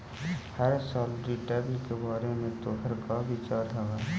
हर साल रिटर्न के बारे में तोहर का विचार हवऽ?